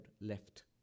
left